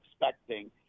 expecting